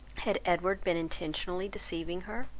had edward been intentionally deceiving her?